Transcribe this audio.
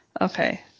Okay